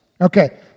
Okay